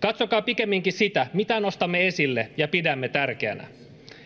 katsokaa pikemminkin sitä mitä nostamme esille ja pidämme tärkeänä